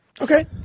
Okay